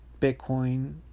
Bitcoin